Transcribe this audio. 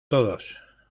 todos